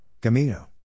Camino